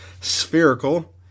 spherical